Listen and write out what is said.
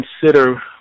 consider